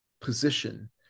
position